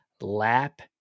lap